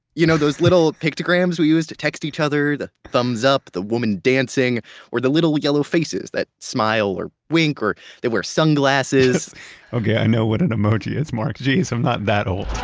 you know those little pictograms we use to text each other the thumbs up, the woman dancing or the little yellow faces that smile or wink or they wear sunglasses okay. i know what an emoji is, mark. geez, i'm not that old